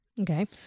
Okay